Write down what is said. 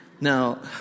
Now